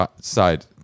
side